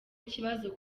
ikibazo